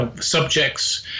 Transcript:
subjects